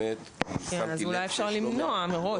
אז אולי אפשר למנוע מראש.